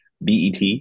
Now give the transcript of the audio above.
BET